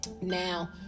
Now